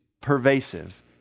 pervasive